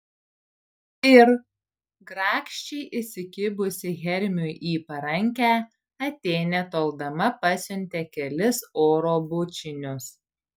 ir grakščiai įsikibusi hermiui į parankę atėnė toldama pasiuntė kelis oro bučinius